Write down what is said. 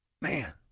man